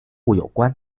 有关